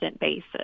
basis